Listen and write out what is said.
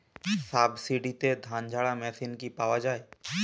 সাবসিডিতে ধানঝাড়া মেশিন কি পাওয়া য়ায়?